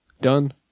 Done